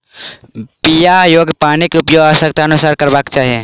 पीबा योग्य पानिक उपयोग आवश्यकताक अनुसारेँ करबाक चाही